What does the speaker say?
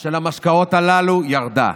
של המשקאות הללו ירדה.